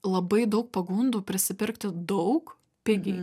labai daug pagundų prisipirkti daug pigiai